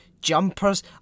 jumpers